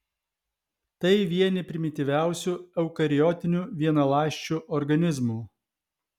tai vieni primityviausių eukariotinių vienaląsčių organizmų